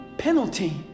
penalty